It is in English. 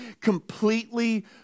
completely